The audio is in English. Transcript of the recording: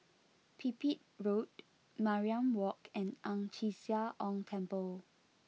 Pipit Road Mariam Walk and Ang Chee Sia Ong Temple